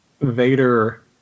vader